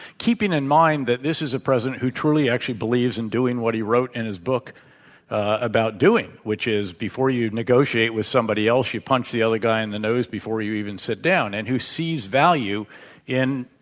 keeping in mind that this is a president who truly actually believes in doing what he wrote in his book about doing, which is before you negotiate with somebody else, you punch the other guy in the nose before you even sit down. and you seize value in,